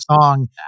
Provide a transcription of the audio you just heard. song